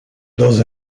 dans